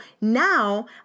now